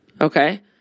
Okay